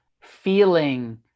feeling